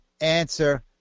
answer